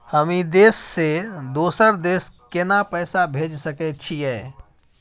हम ई देश से दोसर देश केना पैसा भेज सके छिए?